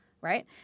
right